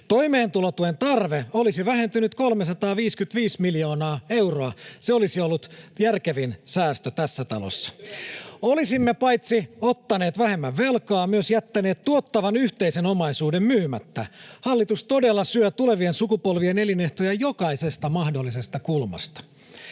Toimeentulotuen tarve olisi vähentynyt 355 miljoonaa euroa. Se olisi ollut järkevin säästö tässä talossa. [Ben Zyskowicz: Mites työllisyys?] Olisimme paitsi ottaneet vähemmän velkaa myös jättäneet tuottavan yhteisen omaisuuden myymättä. Hallitus todella syö tulevien sukupolvien elinehtoja jokaisesta mahdollisesta kulmasta.